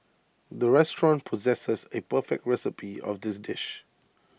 the restaurant possesses A perfect recipe of this dish